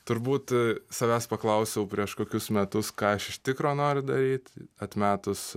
turbūt savęs paklausiau prieš kokius metus ką aš iš tikro noriu daryt atmetus